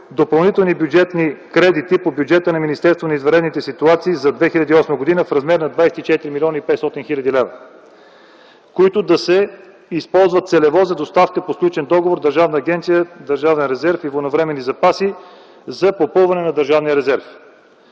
допълнителни бюджетни кредити по бюджета на Министерството на извънредните ситуации за 2008 г. в размер на 24 млн. 500 хил. лв., които да се използват целево за доставка по сключен договор с Държавна агенция „Държавен резерв и военновременни запаси” за попълване на Държавния резерв.